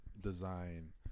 design